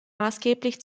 maßgeblich